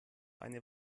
eine